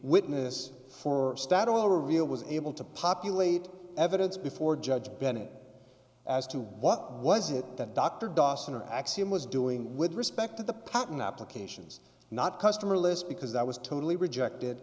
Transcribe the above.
witness for stadol real was able to populate evidence before judge bennett as to what was it that dr dawson or axiom was doing with respect to the patent applications not customer list because that was totally rejected